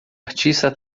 artista